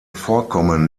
vorkommen